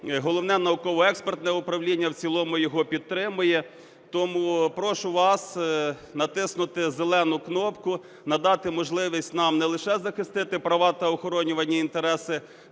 Головне науково-експертне управління в цілому його підтримує. Тому прошу вас натиснути зелену кнопку, надати можливість нам не лише захистити права та охоронювані інтереси